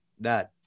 Dad